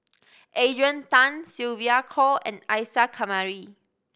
Adrian Tan Sylvia Kho and Isa Kamari